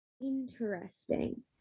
interesting